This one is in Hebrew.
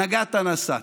נגעת, נסעת.